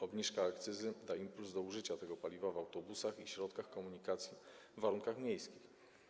Obniżka akcyzy da impuls do użycia tego paliwa w autobusach i środkach komunikacji w warunkach miejskich.